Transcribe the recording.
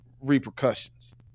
repercussions